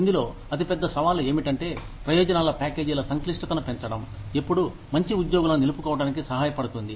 ఇందులో అతి పెద్ద సవాలు ఏమిటంటే ప్రయోజనాల ప్యాకేజీల సంక్లిష్టతను పెంచడం ఎప్పుడూ మంచి ఉద్యోగులను నిలుపుకోవటానికి సహాయపడుతుంది